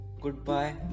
Goodbye